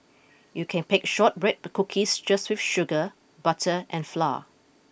you can bake shortbread cookies just with sugar butter and flour